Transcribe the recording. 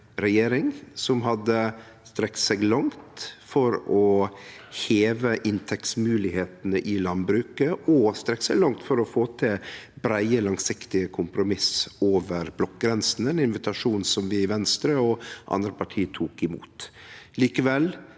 regjering som hadde strekt seg langt for å heve inntektsmoglegheitene i landbruket, og strekt seg langt for å få til breie, langsiktige kompromiss over blokkgrensene, ein invitasjon vi i Venstre og andre parti tok imot. Likevel: